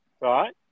right